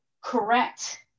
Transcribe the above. correct